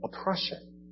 oppression